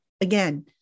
again